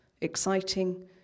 exciting